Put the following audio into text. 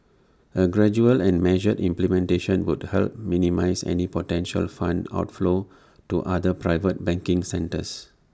A gradual and measured implementation would help minimise any potential fund outflows to other private banking centres